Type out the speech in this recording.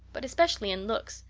but especially in looks.